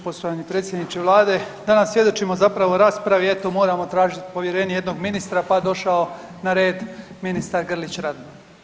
Poštovani predsjedniče vlade danas svjedočimo zapravo raspravi eto moramo tražiti povjerenje jednog ministra pa došao na red ministar Grlić Radman.